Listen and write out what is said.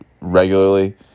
regularly